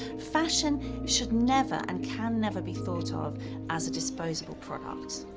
fashion should never and can never be thought of as a disposable product.